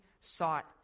sought